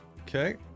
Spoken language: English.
Okay